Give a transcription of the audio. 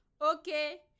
Okay